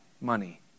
money